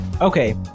Okay